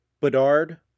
Bedard